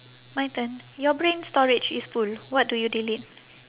my turn your brain storage is full what do you delete